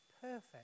perfect